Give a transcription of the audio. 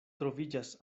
troviĝas